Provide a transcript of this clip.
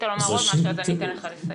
את מאשרת להעביר לך אותה?